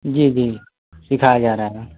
जी जी सिखाया जाएगा